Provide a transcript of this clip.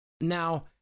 now